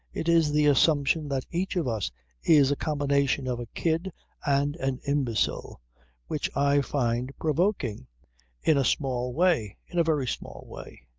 it is the assumption that each of us is a combination of a kid and an imbecile which i find provoking in a small way in a very small way.